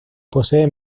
posee